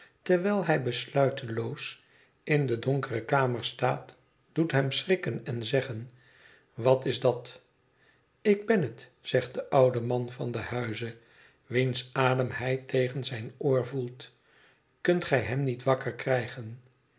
terwijl hij besluiteloos in de donkere kamer staat doet hem schrikken en zeggen wat is dat ik ben het zegt de oude man van den huize wiens adem hij tegen zijn oor voelt kunt gij hem niet wakker krijgen